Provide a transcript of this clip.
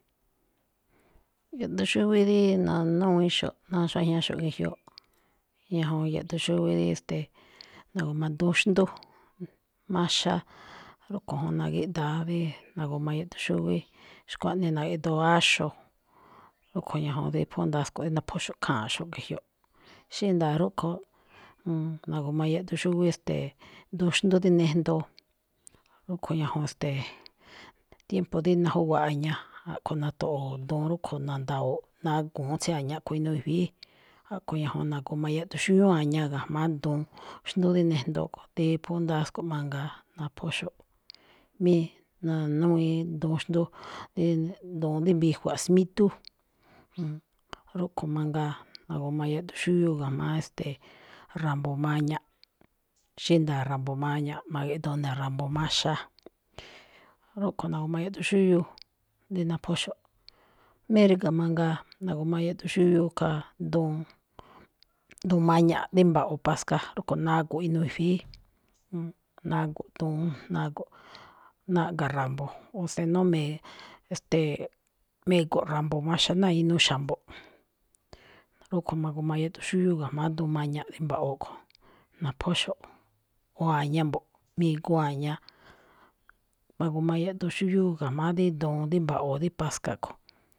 Yaꞌduun xúwí dí na̱núwíínxo̱ꞌ ná xuajñaxo̱ꞌ ge̱jyoꞌ, ñajuun yaꞌduun xúwí dí, ste̱e̱, na̱gu̱ma duun xndú maxa, rúꞌkho juun na̱gi̱ꞌda̱a dí na̱gu̱ma yaꞌduun xúwí, xkuaꞌnii na̱gíꞌdoo áxo̱, rúꞌkho̱ ñajuun dí phú ndasko̱ꞌ dí naphóxo̱ꞌ kháanꞌxo̱ꞌ ge̱jyoꞌ. Xí nda̱a̱ rúꞌkho̱, nn, na̱gu̱ma yaꞌduun xúwí, ste̱e̱, duun xndú dí nejndoo, rúꞌkho̱ ñajuun, e̱ste̱e̱, tiempo de najúwa̱ꞌ a̱ña, a̱ꞌkho̱ na̱to̱ꞌo̱o̱ duun rúꞌkho̱ na̱nda̱wo̱o̱ꞌ. Nagu̱unꞌ tsí a̱ña kho̱ inuu i̱fi̱í, a̱ꞌkho̱ ñajuun na̱gu̱ma yaꞌduun xúwiúún a̱ya ga̱jma̱á duun xndú dí nejndoo kho̱, dí phú ndasko̱ꞌ mangaa naphóxo̱ꞌ. Mí na̱núwíin duun xndú dí duun dí mbijwa̱ꞌ smídú, nn, rúꞌkho̱ mangaa na̱gu̱ma yaꞌduun xúwiúu ga̱jma̱á, e̱ste̱e̱, ra̱mbo̱ maña̱ꞌ. Xí nda̱a̱ ra̱mbo̱ maña̱ꞌ, ma̱ge̱ꞌdoo ne̱ ra̱mbo̱ maxa, rúꞌkho̱ na̱gu̱ma yaꞌduun xúwiúu rí naphóxo̱ꞌ. Mí ríga̱ mangaa na̱gu̱ma yaꞌduun xúwiúu khaa duun, duun maña̱ꞌ dí mba̱ꞌwo̱ paska, rúꞌkho̱ naꞌgo̱ inuu ifi̱í, naꞌgo̱ꞌ duun naꞌgo̱ꞌ, naꞌga̱ ra̱mbo̱, o si no me̱e̱-e̱ste̱e̱, me̱go̱ ra̱mbo̱ maxa ná inuu xa̱mbo̱ꞌ, rúꞌkho̱ ma̱gu̱ma yaꞌduun xúwiúu ga̱jma̱á duun maña̱ꞌ dí mba̱ꞌwo̱ kho̱ naphóxo̱ꞌ o aña mbo̱ꞌ, mi̱gu̱un a̱ña, ma̱gu̱ma yaꞌduun xúwiúu ga̱jma̱á dí duun dí mba̱ꞌwoꞌ dí paska kho̱.